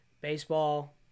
baseball